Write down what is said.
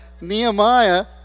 Nehemiah